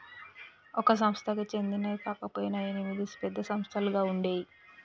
ఒక సంస్థకి చెందినవి కాకపొయినా ఎనిమిది పెద్ద సంస్థలుగా ఉండేయ్యి